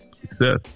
success